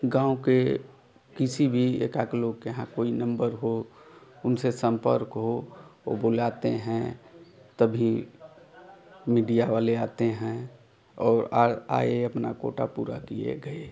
गाँव के किसी भी एकाक लोग के यहाँ कोई नंबर हो उनसे संपर्क हो वो बुलाते हैं तभी मीडिया वाले आते हैं और आए अपना कोटा पूरा किए गए